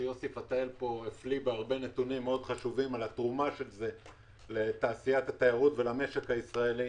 שיוסי פתאל הפליא בנתונים חשובים על התרומה של זה למשק הישראלי,